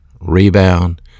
rebound